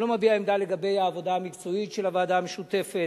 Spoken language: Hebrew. אני לא מביע עמדה לגבי העבודה המקצועית של הוועדה המשותפת,